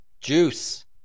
Juice